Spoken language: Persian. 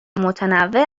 متنوع